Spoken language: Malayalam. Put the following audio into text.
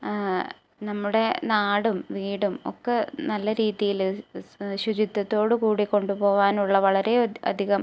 നമ്മുടെ നാടും വീടും ഒക്കെ നല്ല രീതിയിൽ ശുചിത്വത്തോടു കൂടി കൊണ്ട് പോകാനുള്ള വളരെ അധികം